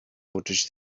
uczyć